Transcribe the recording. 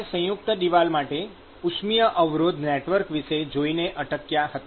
આપણે સંયુક્ત દિવાલો માટે ઉષ્મિય અવરોધ નેટવર્ક વિષે જોઈને અટક્યા હતા